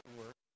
work